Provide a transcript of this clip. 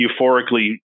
euphorically